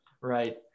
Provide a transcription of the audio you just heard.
Right